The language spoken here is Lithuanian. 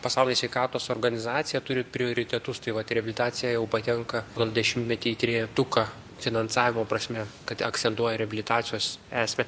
pasaulio sveikatos organizacija turi prioritetus tai vat reabilitacija jau patenka gal dešimtmetį į trejetuką finansavimo prasme kad akcentuoja reabilitacijos esmę